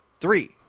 three